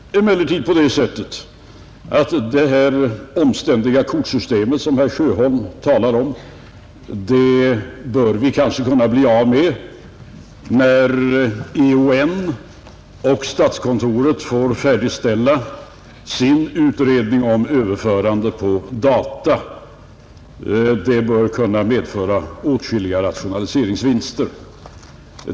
Detta omständliga kortsystem som herr Sjöholm talar om bör vi kanske kunna bli av med när exekutionsväsendets organisationsnämnd och statskontoret färdigställt sin utredning om överförande på data. Det bör kunna medföra åtskilliga rationaliseringsvinster.